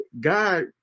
god